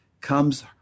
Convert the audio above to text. comes